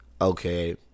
Okay